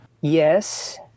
Yes